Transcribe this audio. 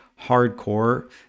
hardcore